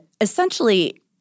essentially